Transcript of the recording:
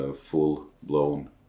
full-blown